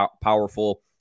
powerful